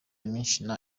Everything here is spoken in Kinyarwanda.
michigan